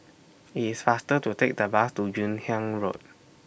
IT IS faster to Take The Bus to Hun Yeang Road